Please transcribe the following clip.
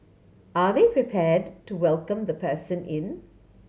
are they prepared to welcome the in